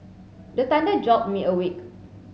the thunder jolt me awake